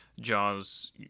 Jaws